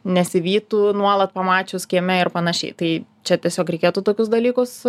nesivytų nuolat pamačius kieme ir panašiai tai čia tiesiog reikėtų tokius dalykus